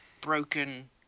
broken